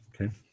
Okay